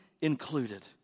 included